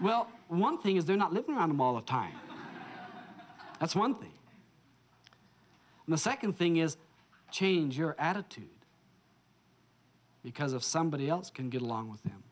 well one thing is they're not living around him all the time that's one thing and the second thing is change your attitude because of somebody else can get along with them